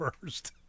first